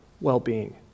well-being